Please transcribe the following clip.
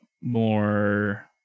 more